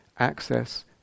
access